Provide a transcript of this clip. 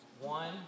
One